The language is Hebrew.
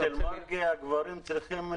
ועדת משנה לענייני תחבורה ציבורית היא ועדה חשובה,